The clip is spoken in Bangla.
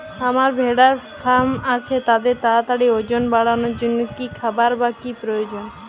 আমার ভেড়ার ফার্ম আছে তাদের তাড়াতাড়ি ওজন বাড়ানোর জন্য কী খাবার বা কী প্রয়োজন?